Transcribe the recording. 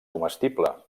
comestible